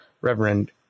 Reverend